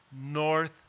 north